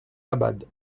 abad